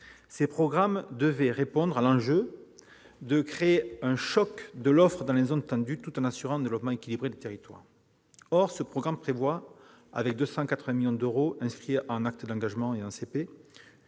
Ce programme devrait répondre à l'enjeu de créer un choc de l'offre dans les zones tendues, tout en assurant un développement équilibré des territoires. Or ce programme prévoit, avec 285 millions d'euros, inscrits en autorisations d'engagement et en